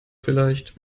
vielleicht